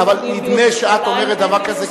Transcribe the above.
אבל נדמה לי שכשאת אומרת דבר כזה,